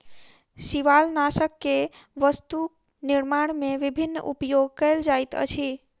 शिवालनाशक के वस्तु निर्माण में विभिन्न उपयोग कयल जाइत अछि